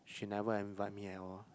she never invite me at all